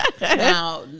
now